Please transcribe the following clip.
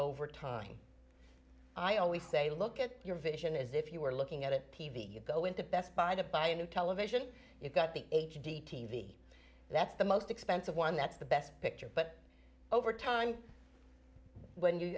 over time i always say look at your vision as if you were looking at it p v you go into best buy to buy a new television you've got the h d t v that's the most expensive one that's the best picture but over time when you